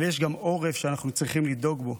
אבל יש גם עורף שאנחנו צריכים לדאוג לו.